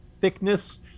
thickness